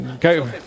Go